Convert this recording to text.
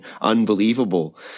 unbelievable